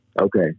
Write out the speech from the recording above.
Okay